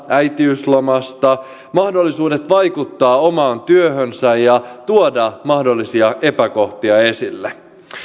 äitiyslomasta mahdollisuudet vaikuttaa omaan työhönsä ja tuoda mahdollisia epäkohtia esille